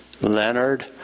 Leonard